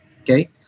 Okay